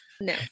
No